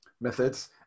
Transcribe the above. methods